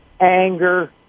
anger